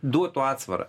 duotų atsvarą